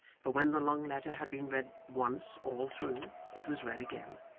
for when the long letter had been read once all through it was read again,